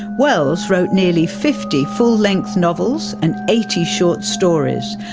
wells wrote nearly fifty full-length novels and eighty short stories,